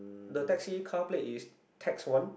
the taxi car plate is TAS one